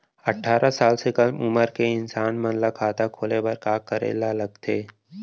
अट्ठारह साल से कम उमर के इंसान मन ला खाता खोले बर का करे ला लगथे?